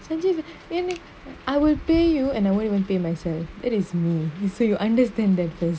sanjeeva என்ன:enna I will pay you and I won't even pay myself that is me you say you understand that